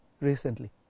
recently